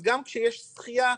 אז גם כשיש דחייה,